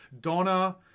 Donna